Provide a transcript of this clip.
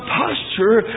posture